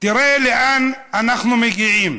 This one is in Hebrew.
תראו לאן אנחנו מגיעים,